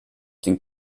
den